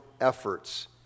efforts